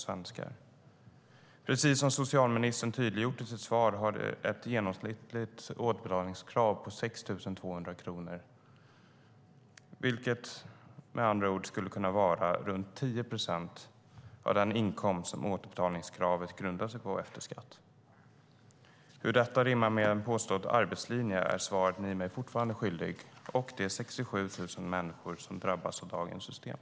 Precis som socialministern tydliggjorde i sitt svar var det ett genomsnittligt återbetalningskrav på 6 200 kronor, vilket med andra ord skulle kunna vara runt 10 procent av den inkomst som återbetalningskravet grundar sig på efter skatt. Hur detta rimmar med en påstådd arbetslinje är ett svar som ni fortfarande är skyldig mig och de 67 000 människor som drabbas av dagens system.